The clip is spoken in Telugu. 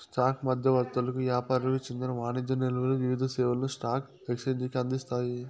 స్టాక్ మధ్యవర్తులకు యాపారులకు చెందిన వాణిజ్య నిల్వలు వివిధ సేవలను స్పాక్ ఎక్సేంజికి అందిస్తాయి